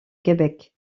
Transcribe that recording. québec